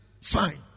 fine